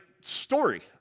story